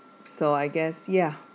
so I guess ya